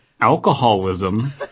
alcoholism